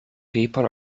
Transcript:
people